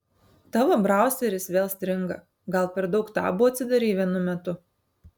tavo brauseris vėl stringa gal per daug tabų atsidarei vienu metu